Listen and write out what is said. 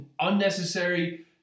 unnecessary